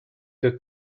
the